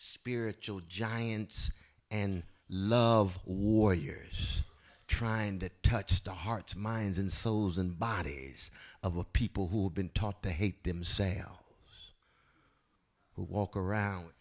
spiritual giants and love warriors trying to touch the hearts minds and souls and bodies of a people who have been taught to hate them sal who walk around